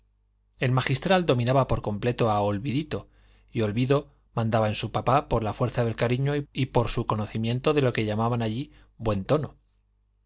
el magistral dominaba por completo a olvidito y olvido mandaba en su papá por la fuerza del cariño y por su conocimiento de lo que llamaban allí buen tono